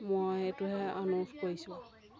মই এইটোহে অনুৰোধ কৰিছোঁ